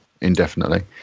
indefinitely